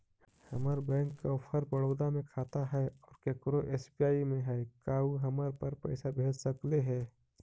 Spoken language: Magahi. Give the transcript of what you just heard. हमर बैंक ऑफ़र बड़ौदा में खाता है और केकरो एस.बी.आई में है का उ हमरा पर पैसा भेज सकले हे?